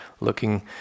looking